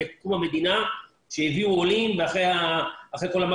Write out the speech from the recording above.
כפי שהיה עם קום המדינה עת הביאו עולים אחרי כל מה